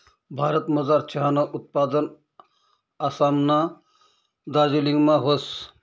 भारतमझार चहानं उत्पादन आसामना दार्जिलिंगमा व्हस